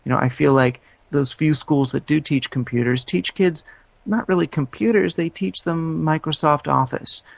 you know i feel like those few schools that do teach computers, teach kids not really computers, they teach them microsoft office,